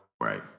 Right